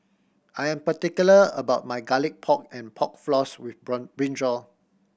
I am particular about my Garlic Pork and Pork Floss with brinjal